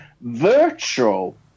virtual